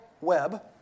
web